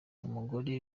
umugore